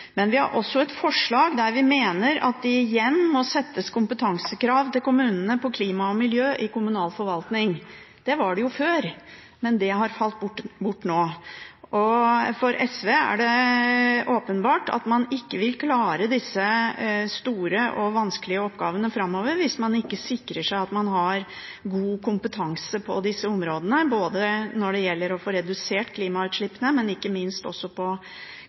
Men vi har også et forslag om at det igjen må settes kompetansekrav til kommunene på klima og miljø i kommunal forvaltning. Det var det før, men det har falt bort nå. For SV er det åpenbart at man ikke vil klare disse store og vanskelige oppgavene framover hvis ikke man sikrer seg at man har god kompetanse på disse områdene, både når det gjelder å få redusert klimagassutslippene, og ikke minst også på